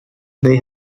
they